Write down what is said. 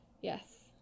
Yes